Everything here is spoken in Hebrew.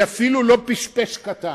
היא אפילו לא פשפש קטן,